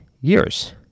years